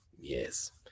yes